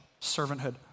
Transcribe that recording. servanthood